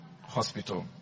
hospital